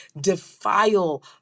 defile